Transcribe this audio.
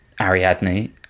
Ariadne